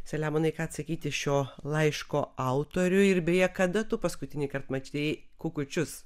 selemonai ką atsakyti šio laiško autoriui ir beje kada tu paskutinįkart matei kukučius